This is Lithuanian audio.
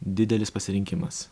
didelis pasirinkimas